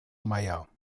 mayer